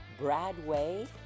Bradway